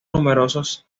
numerosos